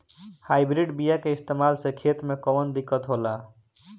Hybrid बीया के इस्तेमाल से खेत में कौन दिकत होलाऽ?